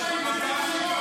--- היום נפגשת איתו,